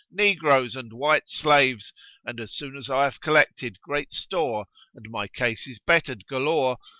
negroes and white slaves and, as soon as i have collected great store and my case is bettered galore,